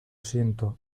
siento